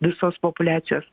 visos populiacijos